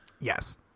Yes